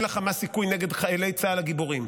לחמאס סיכוי נגד חיילי צה"ל הגיבורים.